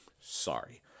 Sorry